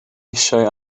eisiau